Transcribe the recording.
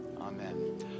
Amen